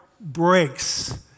breaks